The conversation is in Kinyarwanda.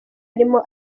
arimo